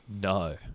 No